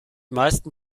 meisten